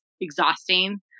exhausting